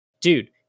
Dude